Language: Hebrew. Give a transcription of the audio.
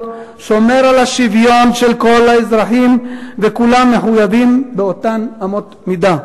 שומר על השוויון של כל האזרחים וכולם מחויבים באותן אמות מידה.